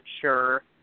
sure